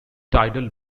tidal